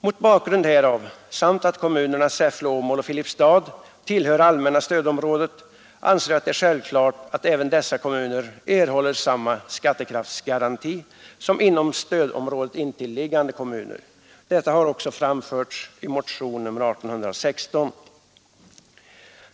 Mot bakgrund härav samt av att kommunerna Säffle, Åmål och Filipstad tillhör allmänna stödområdet anser jag att det är självklart att även dessa kommuner erhåller samma skattekraftsgaranti som intilliggande kommuner inom stödområdet. Detta har också framförts i motionen 1816.